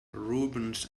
rubens